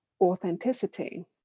authenticity